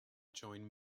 joined